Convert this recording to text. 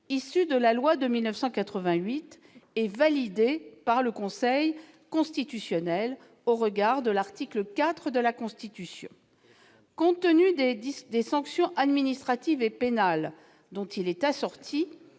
issu de la loi de 1988 et validé par le Conseil constitutionnel au regard de l'article 4 de la Constitution. Compte tenu des sanctions administratives et pénales dont est assorti